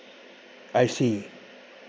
I see